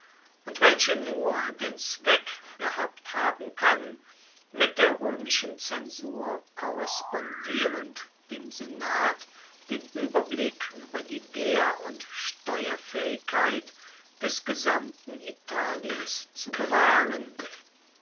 und welche nur den zweck gehabt haben kann mit der roemischen zensur korrespondierend dem senat den ueberblick ueber die wehr und steuerfaehigkeit des gesamten italiens zu bewahren